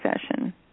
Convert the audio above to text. session